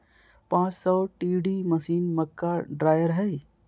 पांच सौ TD machine, मक्का ड्रायर हइ